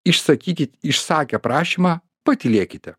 išsakykite išsakę prašymą patylėkite